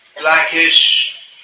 blackish